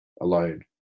alone